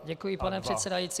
Děkuji, pane předsedající.